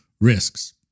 risks